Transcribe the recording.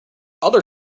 other